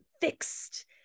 fixed